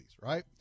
right